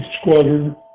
squadron